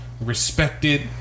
respected